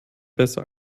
besser